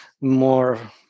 more